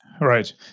Right